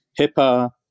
HIPAA